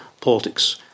politics